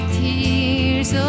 tears